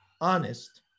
honest